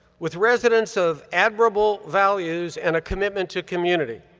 with residents of admirable values and a commitment to community.